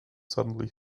suddenly